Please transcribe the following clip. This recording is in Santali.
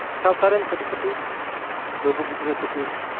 ᱥᱟᱶᱛᱟ ᱨᱮᱱ ᱠᱟᱹᱴᱤᱡᱼᱠᱟᱹᱴᱤᱡ ᱵᱟᱹᱵᱩ ᱜᱤᱫᱽᱨᱟᱹ ᱛᱟᱠᱚ